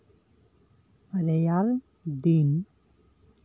ᱨᱮᱭᱟᱲ ᱫᱤᱱ